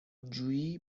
جویی